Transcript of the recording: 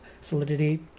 Solidity